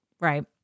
Right